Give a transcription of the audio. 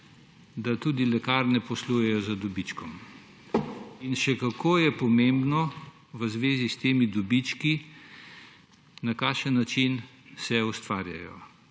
da tudi lekarne poslujejo z dobičkom. In še kako je pomembno v zvezi s temi dobički, na kakšen način se ustvarjajo.